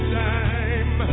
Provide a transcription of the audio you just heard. time